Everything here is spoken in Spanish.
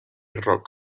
rock